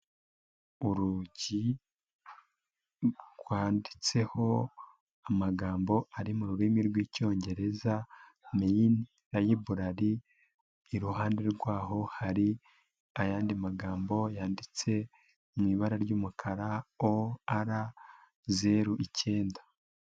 Urugi rwanditseho amagambo ari mu rurimi rw'icyongereza, meyini layiburari iruhande rwaho hari ayandi magambo yanditse mu ibara ry'umukara o zeru ikenda.